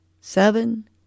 seven